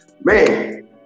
man